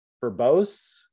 verbose